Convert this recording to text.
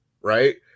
right